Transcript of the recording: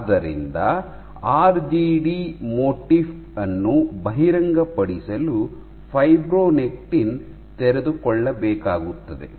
ಆದ್ದರಿಂದ RGD motif ಅನ್ನು ಬಹಿರಂಗಪಡಿಸಲು ಫೈಬ್ರೊನೆಕ್ಟಿನ್ ತೆರೆದುಕೊಳ್ಳಬೇಕಾಗುತ್ತದೆ